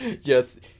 Yes